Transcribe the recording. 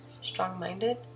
Strong-minded